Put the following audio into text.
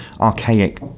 archaic